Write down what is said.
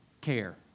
care